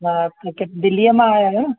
हा किथे दिल्लीअ मां आया आहियो न